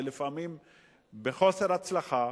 ולפעמים בחוסר הצלחה,